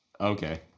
Okay